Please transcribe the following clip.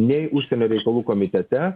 nei užsienio reikalų komitete